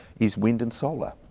is wind and solar.